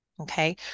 okay